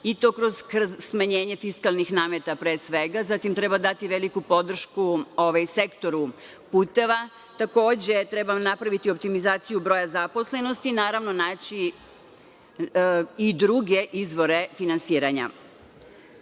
i to kroz smanjenje fiskalnih nameta pre svega, zatim treba dati veliku podršku sektoru puteva, takođe treba napraviti optimizaciju broja zaposlenosti, naravno naći i druge izvore finansiranja. Šta